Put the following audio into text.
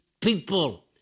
people